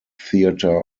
theater